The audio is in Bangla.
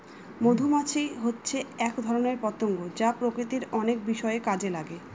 মধুমাছি হচ্ছে এক ধরনের পতঙ্গ যা প্রকৃতির অনেক বিষয়ে কাজে লাগে